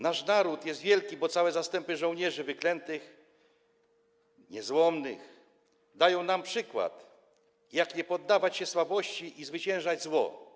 Nasz naród jest wielki, bo całe zastępy żołnierzy wyklętych, niezłomnych dają nam przykład, jak nie poddawać się słabości i zwyciężać zło.